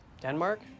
Denmark